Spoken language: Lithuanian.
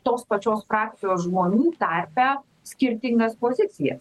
tos pačios frakcijos žmonių tarpe skirtingas pozicijas